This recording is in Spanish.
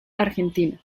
argentina